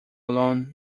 alone